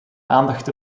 aandacht